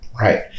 Right